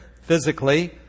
physically